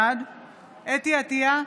בעד חוה אתי עטייה,